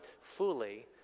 fully